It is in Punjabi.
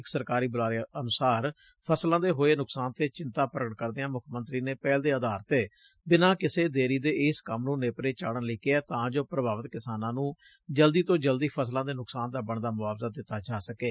ਇਕ ਸਰਕਾਰੀ ਬੁਲਾਰੇ ਅਨੁਸਾਰ ਫਸਲਾਂ ਦੇ ਹੋਏ ਨੁਕਸਾਨ ਤੇ ਚਿੰਤਾ ਪ੍ਰਗਟ ਕਰਦਿਆਂ ਮੁੱਖ ਮੰਤਰੀ ਨੇ ਪਹਿਲ ਦੇ ਆਧਾਰ ਤੇ ਬਿਨ੍ਹਾਂ ਕਿਸੇ ਦੇਰੀ ਦੇ ਇਸ ਕੰਮ ਨ੍ਹੂੰ ਨੇਪਰੇ ਚਾੜ੍ਹਨ ਲਈ ਕਿਹੈ ਤਾਂ ਜੋ ਪ੍ਰਭਾਵਿਤ ਕਿਸਾਨਾਂ ਨ੍ਹੂੰ ਜਲਦੀ ਤੋਂ ਜਲਦੀ ਫਸਲਾ ਦੇ ਨੁਕਸਾਨ ਦਾ ਬਣਦਾ ਮੁਆਵਜਾ ਦਿੱਤਾ ਜਾ ਸਕੇ